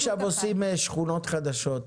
מה שאני מציע לכם הוא להשאיר את הסעיף הזה